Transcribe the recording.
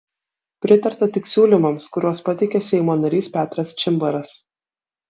pritarta tik siūlymams kuriuos pateikė seimo narys petras čimbaras